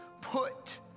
Put